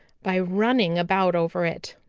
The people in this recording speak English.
by running about over it,